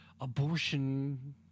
abortion